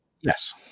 Yes